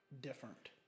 Different